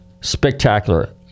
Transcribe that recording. spectacular